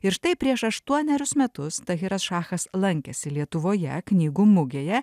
ir štai prieš aštuonerius metus tahiras šachas lankėsi lietuvoje knygų mugėje